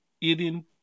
eating